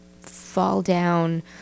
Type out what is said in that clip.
fall-down